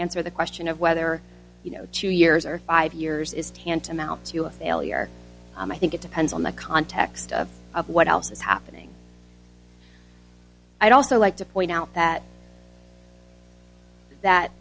answer the question of whether you know two years or five years is tantamount to a failure and i think it depends on the context of what else is happening i'd also like to point out that that